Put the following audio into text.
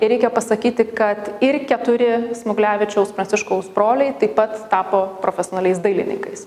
ir reikia pasakyti kad ir keturi smuglevičiaus pranciškaus broliai taip pat tapo profesionaliais dailininkais